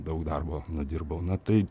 daug darbo nudirbau na tai